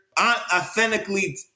authentically